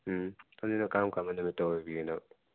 ꯎꯝ ꯑꯗꯨꯅ ꯀꯔꯝ ꯀꯔꯝꯕ ꯅꯨꯃꯤꯠꯇ ꯑꯣꯏꯕꯤꯒꯗꯕ